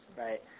right